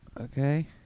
Okay